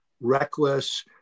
reckless